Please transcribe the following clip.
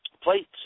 plates